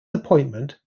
appointment